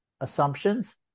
assumptions